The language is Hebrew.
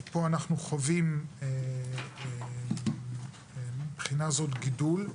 ופה אנחנו חווים מבחינה זו גידול,